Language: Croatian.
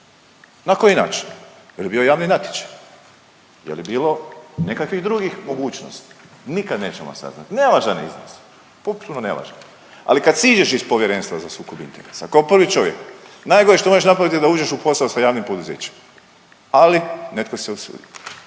Na koji način? Je li bio javni natječaj? Je li bilo nekakvih drugih mogućnosti? Nikad nećemo saznati. Nevažan je iznos. Potpuno nevažan. Ali kad siđeš iz Povjerenstva za sukob interesa, kao prvi čovjek, najgore što možeš napraviti je da uđeš u posao sa javnim poduzećima. Ali, netko se usudio